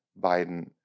Biden